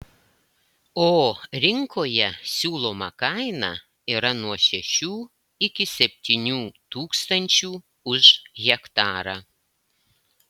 o rinkoje siūloma kaina yra nuo šešių iki septynių tūkstančių už hektarą